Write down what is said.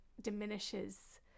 diminishes